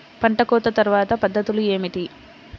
పంట కోత తర్వాత పద్ధతులు ఏమిటి?